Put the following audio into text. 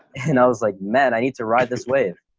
and i was like, man, i need to ride this wave.